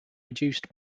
reduced